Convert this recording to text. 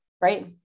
right